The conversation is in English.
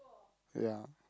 ya